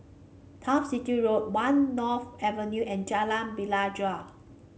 Turf City Road One North Avenue and Jalan Pelajau